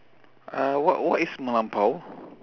uh what what is melampau